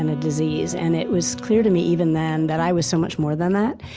and a disease, and it was clear to me even then that i was so much more than that.